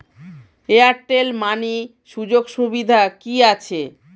Airtel money সুযোগ সুবিধা কি আছে?